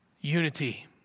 unity